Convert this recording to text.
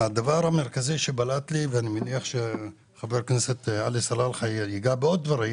הדבר המרכזי שבלט לי - ואני מניח שחבר הכנסת עלי סלאלחה ייגע בעוד דברים